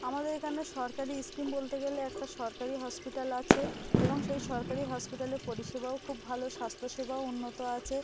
আমাদের এখানে সরকারি স্কিম বলতে গেলে একটা সরকারি হসপিটাল আছে এবং সেই সরকারি হসপিটালে পরিষেবাও খুব ভালো স্বাস্থ্যসেবাও উন্নত আছে